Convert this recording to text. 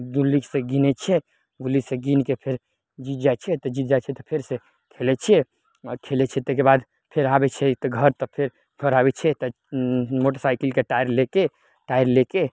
गुल्लीसँ गिनय छियै गुल्लीसँ गीनके फेर जीत जाइ छियै तऽ जीत जाइ छियै तऽ फेरसँ खेलय छियै आओर खेलय छियै तैके बाद फेर आबय छियै घर तऽ फेर घर आबय छियै तऽ मोटरसाइकिलके टायर लए के टायर लए के